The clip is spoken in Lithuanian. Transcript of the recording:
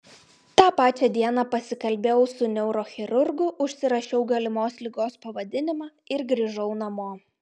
tą pačią dieną pasikalbėjau su neurochirurgu užsirašiau galimos ligos pavadinimą ir grįžau namo